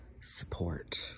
support